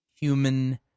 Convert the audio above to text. human